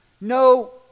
No